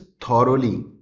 thoroughly